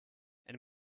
and